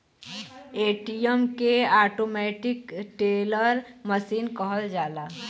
ATM के automatic teller machine कहल जाला